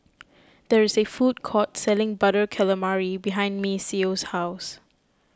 there is a food court selling Butter Calamari behind Maceo's house